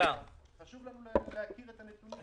--- חשוב לנו להכיר את הנתונים.